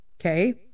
Okay